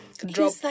Drop